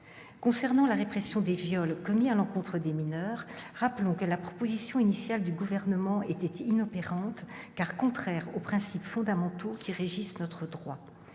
Concernant la répression des viols commis à l'encontre des mineurs, rappelons que la proposition initiale du Gouvernement était inopérante, car contraire aux principes fondamentaux qui régissent notre droit.